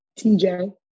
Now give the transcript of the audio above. TJ